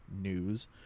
news